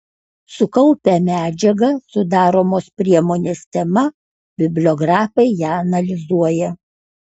sukaupę medžiagą sudaromos priemonės tema bibliografai ją analizuoja